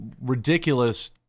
ridiculous